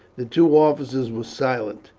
the two officers were silent.